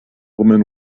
woman